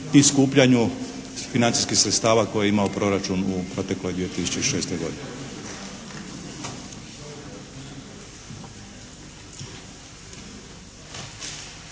i skupljanju financijskih sredstava koje je imao proračun u protekloj 2006. godini.